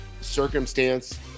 circumstance –